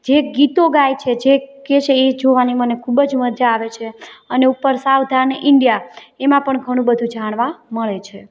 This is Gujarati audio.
જે ગીતો ગાય છે જે કે છે એ જોવાની મને ખૂબ જ મજા આવે છે અને ઉપર સાવધાન ઇન્ડિયા એમાં પણ ઘણું બધું જાણવા મળે છે